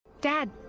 Dad